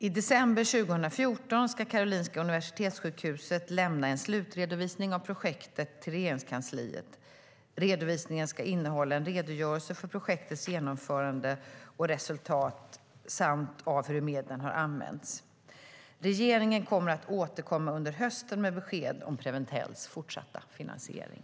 I december 2014 ska Karolinska Universitetssjukhuset lämna en slutredovisning av projektet till Regeringskansliet. Redovisningen ska innehålla en redogörelse för projektets genomförande och resultat samt av hur medlen har använts. Regeringen kommer att återkomma under hösten med besked om Preventells fortsatta finansiering.